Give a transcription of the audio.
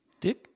Dick